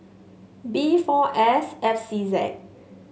B four S F C Z